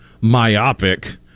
myopic